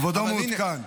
כבודו מעודכן.